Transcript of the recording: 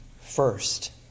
first